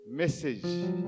Message